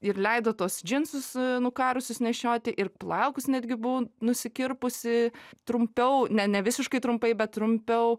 ir leido tuos džinsus nukarusius nešioti ir plaukus netgi buvau nusikirpusi trumpiau ne ne visiškai trumpai bet trumpiau